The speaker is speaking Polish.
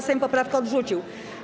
Sejm poprawkę odrzucił.